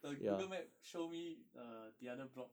the google map show me uh the other block